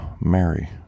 Mary